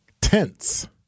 tense